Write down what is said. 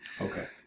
Okay